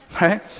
Right